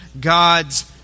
God's